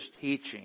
teaching